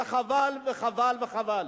זה חבל וחבל וחבל.